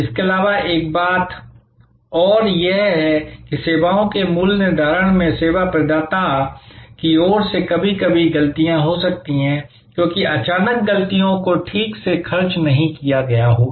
इसके अलावा एक और बात यह है कि सेवाओं के मूल्य निर्धारण में सेवा प्रदाता की ओर से कभी कभी गलतियाँ हो सकती हैं क्योंकि अचानक गतिविधियों को ठीक से खर्च नहीं किया गया होगा